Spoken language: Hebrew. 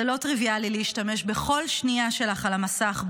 זה לא טריוויאלי להשתמש בכל שנייה שלך על המסך,